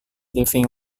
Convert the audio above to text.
leaving